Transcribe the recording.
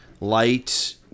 light